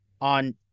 on